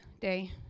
Day